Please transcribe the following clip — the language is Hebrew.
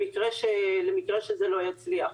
למקרה שזה לא יצליח.